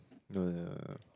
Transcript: no no no no no